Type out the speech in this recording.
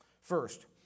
First